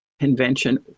convention